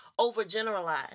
overgeneralize